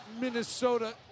Minnesota